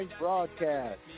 broadcast